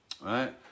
right